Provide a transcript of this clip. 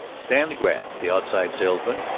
stanley graff, the outside salesman,